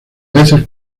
veces